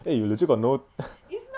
eh you legit got no